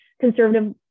conservative